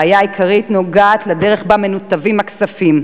הבעיה העיקרית נוגעת לדרך שבה מנותבים הכספים.